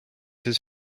his